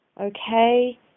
okay